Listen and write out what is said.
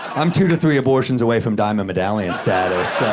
i'm two to three abortions away from diamond medallion status,